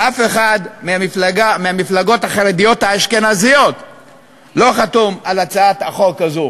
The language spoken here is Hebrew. ואף אחד מהמפלגות החרדיות האשכנזיות לא חתום על הצעת החוק הזו.